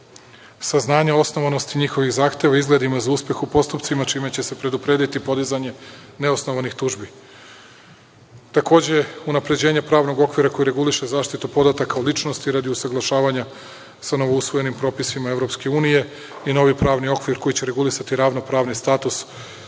saznanja o osnovanosti njihovih zahteva i izgledima za uspeh u postupcima čime će se preduprediti podizanje neosnovanih tužbi. Takođe unapređenje pravnog okvira koji reguliše zaštitu podataka o ličnosti radi usaglašavanja sa novousvojenim propisima EU i novi pravni okvir koji će regulisati ravnopravni status sudskog